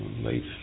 late